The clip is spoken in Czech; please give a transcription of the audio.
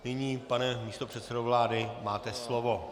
Nyní, pane místopředsedo vlády, máte slovo.